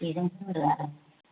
बेजों सुबिदा